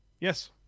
Yes